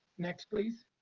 next, please.